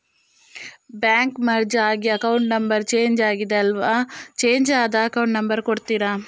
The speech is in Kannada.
ಬ್ಯಾಂಕ್ ಮರ್ಜ್ ಆಗಿ ಅಕೌಂಟ್ ನಂಬರ್ ಚೇಂಜ್ ಆಗಿದೆ ಅಲ್ವಾ, ಚೇಂಜ್ ಆದ ಅಕೌಂಟ್ ನಂಬರ್ ಕೊಡ್ತೀರಾ?